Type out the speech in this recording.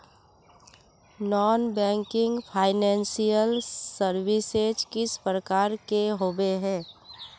Non banking financial services किस प्रकार के होबे है?